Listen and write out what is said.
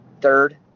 third